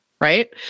Right